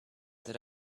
that